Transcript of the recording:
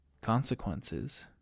consequences